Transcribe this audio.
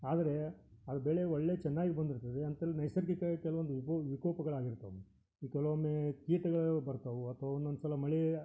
ಆದರೆ ಅದು ಬೆಳೆ ಒಳ್ಳೆಯ ಚೆನ್ನಾಗಿ ಬಂದಿರ್ತದೆ ಅಂತಲ್ಲಿ ನೈಸರ್ಗಿಕ ಕೆಲವೊಂದು ವಿಕೊ ವಿಕೋಪಗಳಾಗಿರ್ತವೆ ಈ ಕೆಲವೊಮ್ಮೇ ಕೀಟಗಳು ಬರ್ತಾವೆ ಅಥ್ವ ಒನ್ನೊಂದು ಸಲ ಮಳೆ